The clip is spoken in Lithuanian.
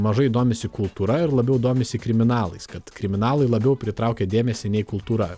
mažai domisi kultūra ir labiau domisi kriminalais kad kriminalai labiau pritraukia dėmesį nei kultūra